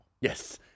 Yes